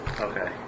Okay